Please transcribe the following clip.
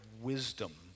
wisdom